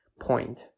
point